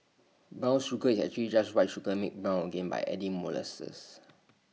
brown sugar is actually just white sugar made brown again by adding molasses